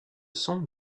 sont